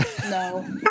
No